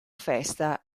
festa